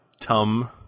Tum